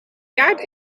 kaart